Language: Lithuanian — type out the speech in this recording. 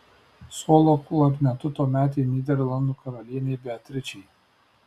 solo klarnetu tuometei nyderlandų karalienei beatričei